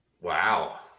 Wow